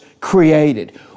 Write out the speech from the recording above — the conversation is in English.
created